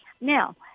Now